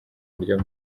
buryo